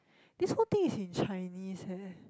this whole thing is in Chinese eh